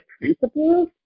principles